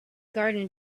garden